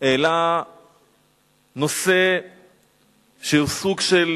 העלה נושא שהוא סוג של